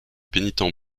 pénitents